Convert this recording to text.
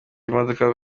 imodoka